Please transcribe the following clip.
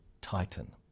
Titan